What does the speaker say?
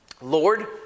Lord